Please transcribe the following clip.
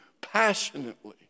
passionately